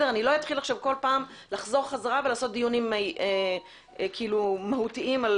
לא אתחיל לחזור חזרה ולעשות דיונים מהותיים על